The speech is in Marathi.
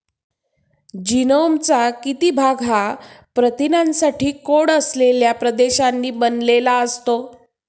जीनोमचा किती भाग हा प्रथिनांसाठी कोड असलेल्या प्रदेशांनी बनलेला असतो?